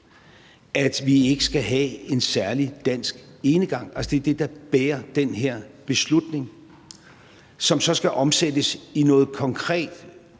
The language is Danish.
at vi ikke skal have en særlig dansk enegang. Altså, det er det, der bærer den her beslutning, som så skal omsættes i noget konkret.